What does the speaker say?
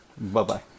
bye-bye